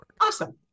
Awesome